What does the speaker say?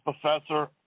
professor